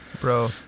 Bro